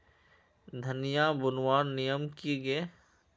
धनिया बूनवार नियम की गे?